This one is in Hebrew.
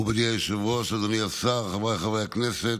מכובדי היושב-ראש, אדוני השר, חבריי חברי הכנסת,